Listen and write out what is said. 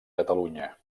catalunya